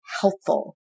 helpful